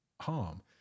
harm